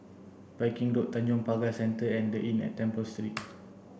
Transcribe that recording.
Viking Road Tanjong Pagar Centre and the Inn at Temple Street